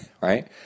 right